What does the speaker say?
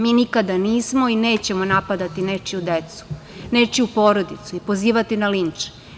Mi nikada nismo i nećemo napadati nečiju decu, nečiju porodicu i pozivati na linč.